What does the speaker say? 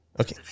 Okay